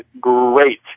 great